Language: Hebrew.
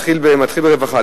נתחיל ברווחה.